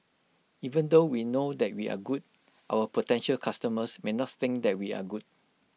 even though we know that we are good our potential customers may not think that we are good